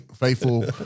faithful